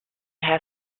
has